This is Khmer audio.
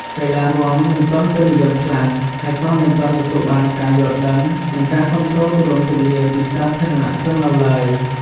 កីឡារាំមិនទាន់ពេញនិយមខ្លាំង ហើយក៏មិនទាន់ទទួលបានការយល់ដឹង និងការគាំទ្រទូលំទូលាយពីសាធារណជននៅឡើយ។